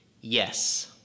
Yes